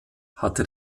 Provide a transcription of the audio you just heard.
hatte